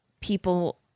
people